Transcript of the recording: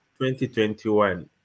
2021